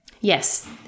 Yes